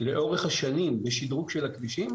לאורך השנים לשדרוג של הכבישים?